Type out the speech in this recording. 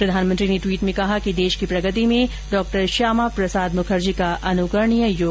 प्रधानमंत्री ने ट्वीट में कहा कि देश की प्रगति में डॉक्टर श्यामा प्रसाद मुखर्जी का अनुकरणीय योगदान रहा हैं